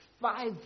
five